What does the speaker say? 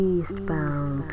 Eastbound